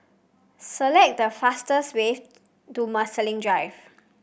select the fastest way to Marsiling Drive